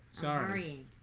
Sorry